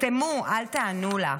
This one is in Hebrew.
סתמו אל תענו לי!"